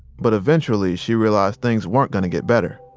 but eventually, she realized things weren't going to get better.